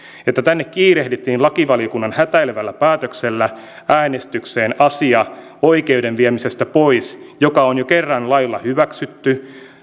kiirehdittiin lakivaliokunnan hätäilevällä päätöksellä tänne äänestykseen asia oikeuden pois vieminen joka on jo kerran lailla hyväksytty